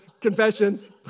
confessions